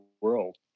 world